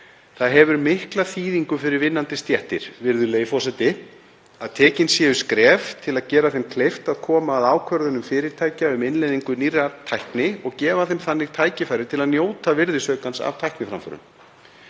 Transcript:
Það hefur mikla þýðingu fyrir vinnandi stéttir, að tekin séu skref til að gera þeim kleift að koma að ákvörðunum fyrirtækja um innleiðingu nýrrar tækni og gefa þeim þannig tækifæri til að njóta virðisaukans af tækniframförum.